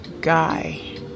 guy